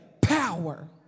power